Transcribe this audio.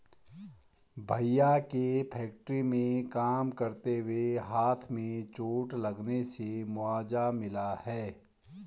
भैया के फैक्ट्री में काम करते हुए हाथ में चोट लगने से मुआवजा मिला हैं